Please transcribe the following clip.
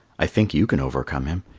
i think you can overcome him.